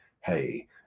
Hey